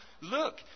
look